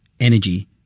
energy